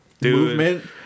movement